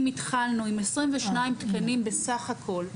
אם התחלנו עם 22 תקנים בסך הכול,